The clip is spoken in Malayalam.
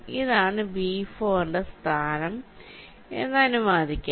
ഇതാണ് B4 ന്റെ സ്ഥാനം എന്ന് അനുമാനിക്കാം